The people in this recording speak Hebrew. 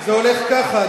זה הולך ככה,